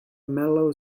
mellow